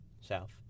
south